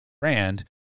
brand